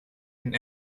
and